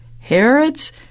Herod's